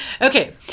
Okay